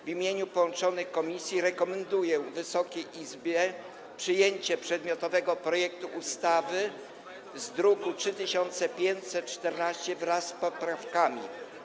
W imieniu połączonych komisji rekomenduję Wysokiej Izbie przyjęcie przedmiotowego projektu ustawy z druku nr 3514 wraz z poprawkami.